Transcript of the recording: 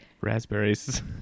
raspberries